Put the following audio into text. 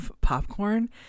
popcorn